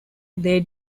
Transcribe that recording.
they